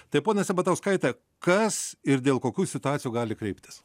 tai ponia sabatauskaite kas ir dėl kokių situacijų gali kreiptis